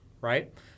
right